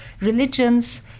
Religions